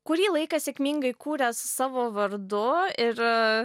kurį laiką sėkmingai kūręs savo vardu ir